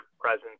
presence